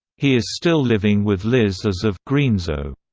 he is still living with liz as of greenzo.